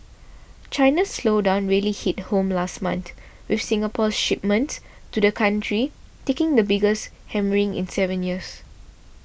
China's slowdown really hit home last month with Singapore's shipments to the country taking the biggest hammering in seven years